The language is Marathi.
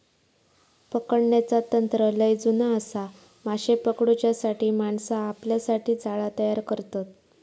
पकडण्याचा तंत्र लय जुना आसा, माशे पकडूच्यासाठी माणसा आपल्यासाठी जाळा तयार करतत